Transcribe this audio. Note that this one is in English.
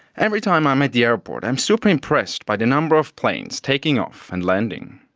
every time i'm at the airport i'm super impressed by the number of planes taking off and landing.